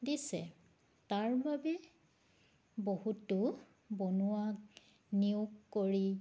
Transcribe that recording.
দিছে তাৰ বাবে বহুতো বনুৱাক নিয়োগ কৰি